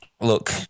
Look –